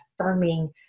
affirming